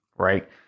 Right